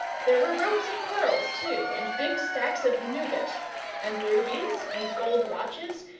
there were ropes of pearls, too, and big stacks of nougat and rubies, and gold watches,